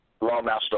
Lawmaster